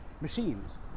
machines